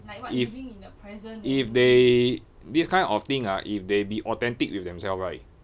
if if they this kind of thing ah if they be authentic with themselves right